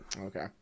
Okay